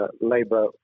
Labour